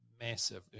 massive